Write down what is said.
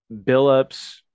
Billups